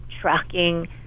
tracking